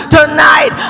Tonight